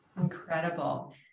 Incredible